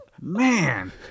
Man